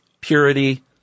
purity